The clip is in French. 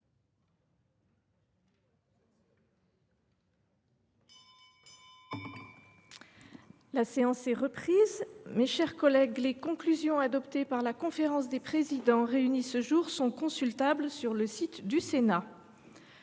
La séance est reprise. Les conclusions adoptées par la conférence des présidents réunie ce jour sont consultables sur le site du Sénat.